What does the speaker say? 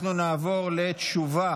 אנחנו נעבור לתשובה